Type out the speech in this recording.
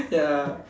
ya